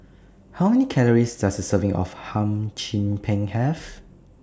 How Many Calories Does A Serving of Hum Chim Peng Have